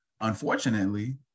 Unfortunately